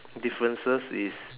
differences is